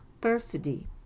perfidy